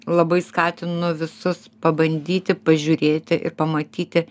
labai skatinu visus pabandyti pažiūrėti ir pamatyti